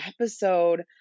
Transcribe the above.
episode